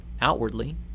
outwardly